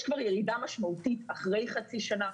יש כבר ירידה משמעותית אחרי חצי שנה.